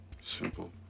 Simple